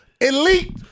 elite